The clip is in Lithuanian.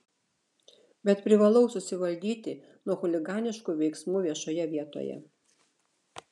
bet privalau susivaldyti nuo chuliganiškų veiksmų viešoje vietoje